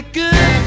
good